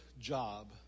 job